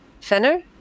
Fenner